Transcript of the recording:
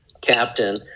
captain